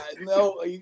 no